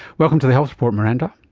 welcome to the health report miranda.